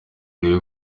rero